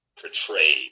portrayed